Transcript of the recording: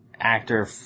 Actor